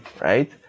right